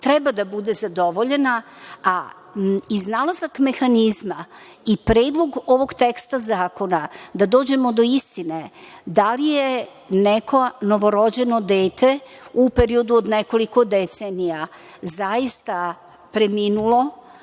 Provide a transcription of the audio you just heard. treba da bude zadovoljena, a iznalazak mehanizama i predlog ovog teksta zakona da dođemo do istine da li je neko novorođeno dete u periodu od nekoliko decenija zaista preminulo,